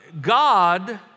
God